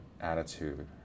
attitude